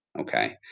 Okay